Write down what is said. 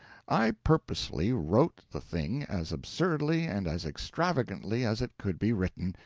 i purposely wrote the thing as absurdly and as extravagantly as it could be written,